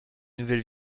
nouvelle